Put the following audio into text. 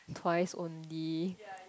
twice only